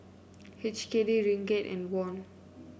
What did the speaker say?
H K D Ringgit and Won